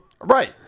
Right